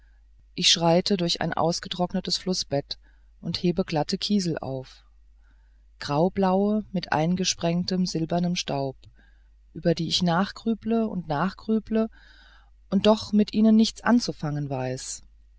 ich schreite durch ein ausgetrocknetes flußbett und hebe glatte kiesel auf graublaue mit eingesprengtem glitzerndem staub über die ich nachgrüble und nachgrüble und doch mit ihnen nichts anzufangen weiß